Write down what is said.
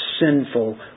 sinful